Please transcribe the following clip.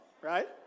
right